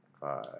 five